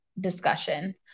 discussion